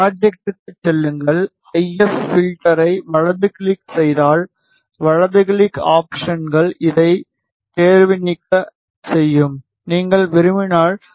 ப்ராஜெக்ட்க்குச் செல்லுங்கள் I F பில்டரை வலது கிளிக் செய்தால் வலது கிளிக் ஆப்ஷன்கள் இதைத் தேர்வுநீக்கு செய்யும் நீங்கள் விரும்பினால் 1